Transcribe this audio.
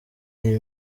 iyi